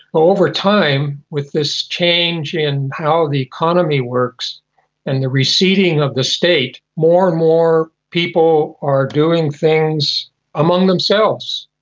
over time, with this change in how the economy works and the receding of the state, more and more people are doing things among themselves.